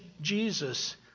Jesus